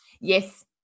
Yes